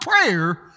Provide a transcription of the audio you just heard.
prayer